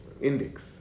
Index